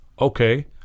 Okay